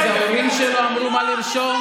אז ההורים שלו אמרו מה לרשום.